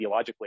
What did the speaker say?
ideologically